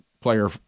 player